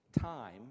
time